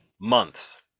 months